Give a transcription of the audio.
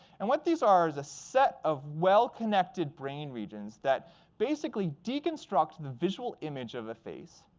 and what these are is a set of well-connected brain regions that basically deconstruct the visual image of the face,